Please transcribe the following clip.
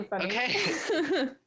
okay